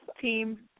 Team